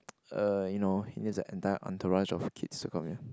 err you know he needs the entire entourage of kids to come here